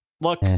Look